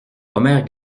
omer